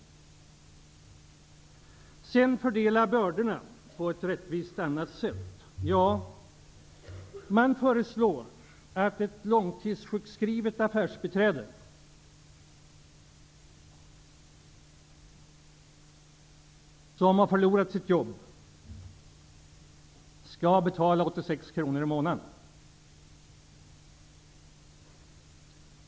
När det gäller att fördela bördorna på ett annat, rättvist sätt, föreslår man att ett långtidssjukskrivet affärsbiträde som har förlorat sitt jobb skall betala 86 kr i månaden.